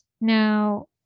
Now